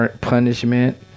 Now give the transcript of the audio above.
punishment